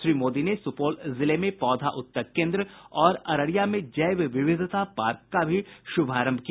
श्री मोदी ने सुपौल जिले में पौधा उत्तक केन्द्र और अररिया में जैव विविधता पार्क का भी शुभारंभ किया